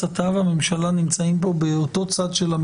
באמת.